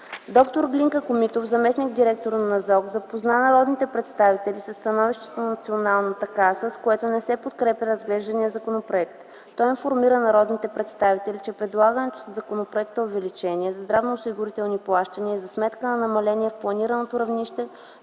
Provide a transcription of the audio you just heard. Доктор Глинка Комитов – заместник-директор на НЗОК, запозна народните представители със становището на Националната каса, с което не се подкрепя разглежданият законопроект. Той информира народните представители, че предлаганото в законопроекта увеличение на здравноосигурителните плащания е за сметка на намаления в планираното равнище